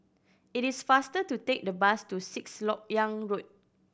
it is faster to take the bus to Sixth Lok Yang Road